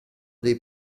dei